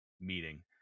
meeting